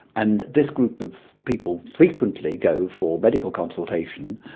and this group of people frequently go for medical consultation,